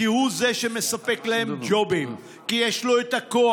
כי הוא זה שמספק להם ג'ובים, כי יש לו הכוח.